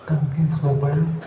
ତାଙ୍କେ ସବୁବେଳେ